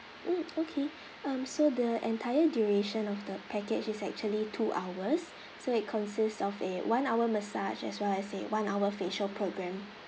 mm okay um so the entire duration of the package is actually two hours so it consists of a one hour massage as well as a one hour facial program